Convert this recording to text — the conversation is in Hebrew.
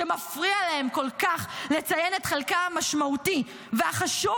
מפריע להם כל כך לציין את חלקה המשמעותי והחשוב